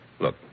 Look